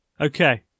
Okay